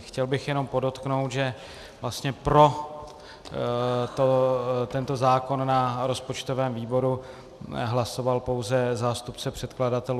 Chtěl bych jenom podotknout, že vlastně pro tento zákon na rozpočtovém výboru hlasoval pouze zástupce předkladatelů.